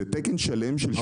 זה תקן שלם של שוטר.